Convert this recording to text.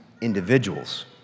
individuals